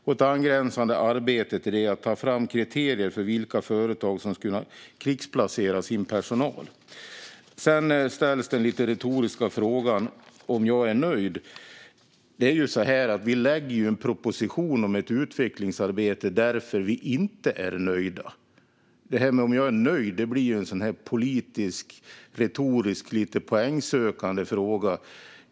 Ett angränsande arbete är att ta fram kriterier för vilka företag som ska kunna krigsplacera sin personal. Det ställdes en lite retorisk fråga om huruvida jag är nöjd. Vi lägger ju fram en proposition om ett utvecklingsarbete därför att vi inte är nöjda. Huruvida jag är nöjd blir en politisk, retorisk och lite poängsökande fråga.